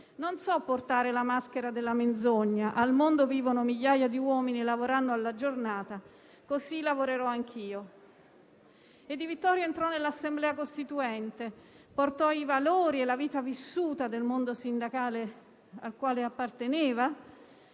non so portare la maschera della menzogna. Al mondo vivono migliaia di uomini lavorando alla giornata. Così lavorerò anche io (...)». Di Vittorio entrò nell'Assemblea costituente, portò i valori e la vita vissuta del mondo sindacale al quale apparteneva